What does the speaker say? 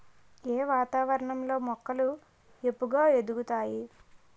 ఏ వాతావరణం లో మొక్కలు ఏపుగ ఎదుగుతాయి?